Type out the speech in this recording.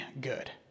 good